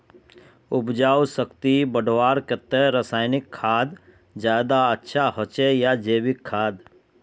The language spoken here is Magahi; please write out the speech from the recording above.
उपजाऊ शक्ति बढ़वार केते रासायनिक खाद ज्यादा अच्छा होचे या जैविक खाद?